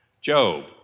Job